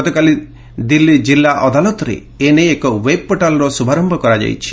ଗତକାଲି ଦିଲ୍ଲୀ ଜିଲ୍ଲା ଅଦାଲତ ଏ ନେଇ ଏକ ୱେବ୍ ପୋର୍ଟାଲର ଶୁଭାରୟ କରିଛନ୍ତି